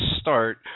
start